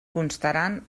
constaran